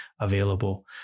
available